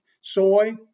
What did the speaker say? soy